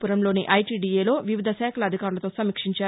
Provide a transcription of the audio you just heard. పురంలోని ఐటీడిఏలో వివిధ శాఖల అధికారులతో సమీక్షించారు